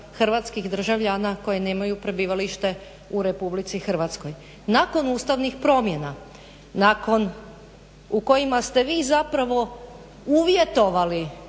hrvatskih državljana koji nemaju prebivalište u RH. Nakon ustavnih promjena u kojima ste vi zapravo uvjetovali